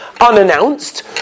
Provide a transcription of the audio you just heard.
unannounced